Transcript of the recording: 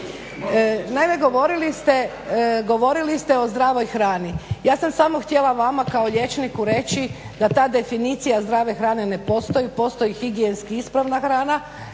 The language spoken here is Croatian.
Naime, govorili ste o zdravoj hrani. Ja samo htjela vama kao liječniku reći da ta definicija zdrave hrane ne postoji, postoji higijenski ispravna hrana